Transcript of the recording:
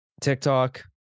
TikTok